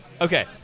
Okay